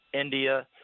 India